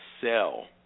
Sell